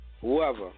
whoever